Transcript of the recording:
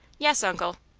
yes, uncle.